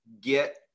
get